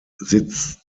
sitz